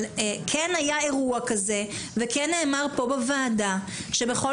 כן היה אירוע כזה וכן נאמר בוועדה שבכל